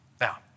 Now